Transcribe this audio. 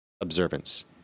observance